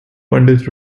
pandit